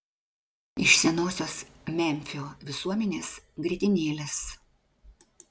iš senosios memfio visuomenės grietinėlės